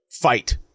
fight